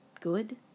good